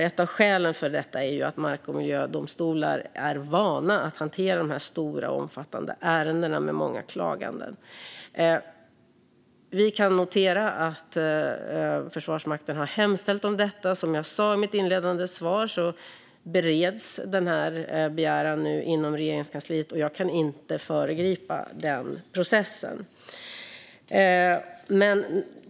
Ett av skälen till detta är som sagt att mark och miljödomstolar är vana att hantera dessa stora och omfattande ärenden med många klaganden. Vi kan notera att Försvarsmakten har hemställt om detta. Som jag sa i mitt inledande svar bereds den här begäran inom Regeringskansliet, och jag kan inte föregripa processen.